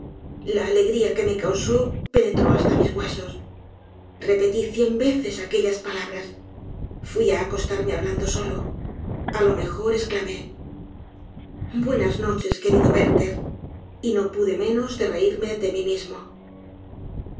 la alegría que me causó penetró hasta mis huesos repetí cíen veces aquellas palabras fui á acostarme hablando solo á lo mejor esclamé buenas noches querido werther y no pude menos de reírme de mi mismo